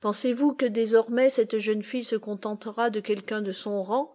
pensez-vous que désormais cette jeune fille se contentera de quelqu'un de son rang